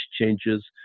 changes